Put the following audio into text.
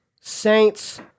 Saints